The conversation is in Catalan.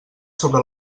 sobre